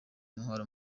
intwaro